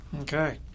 Okay